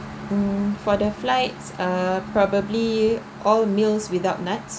mm for the flights uh probably all meals without nut